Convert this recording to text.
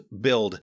build